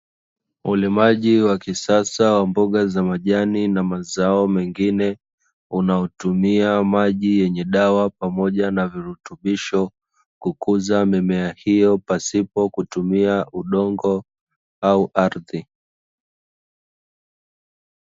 Ulimaji wa kisasa wa mboga za majani na mazao mengine, unaotumia maji yenye dawa pamoja na virutubisho, kukuza mimea hiyo pasipo kutumia udongo au ardhi